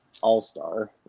all-star